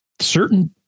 certain